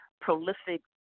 prolific